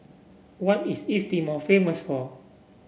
what is East Timor famous for